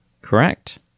correct